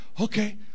Okay